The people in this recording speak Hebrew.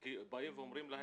כי באים ואומרים להם,